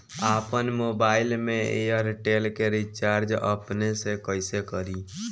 आपन मोबाइल में एयरटेल के रिचार्ज अपने से कइसे करि?